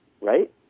right